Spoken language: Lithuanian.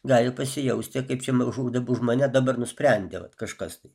gali pasijausti kaip čia žūdam už mane dabar nusprendė vat kažkas tai